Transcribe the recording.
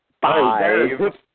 Five